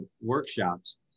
workshops